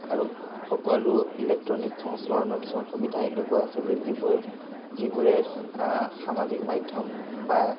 আৰু সকলো ইলেকট্ৰনিক সংস্কৰণৰ কিছুমান সুবিধা এনেকুৱা আছে যে যিবোৰ যিবোৰে সামাজিক মাধ্য়ম বা